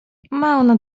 ona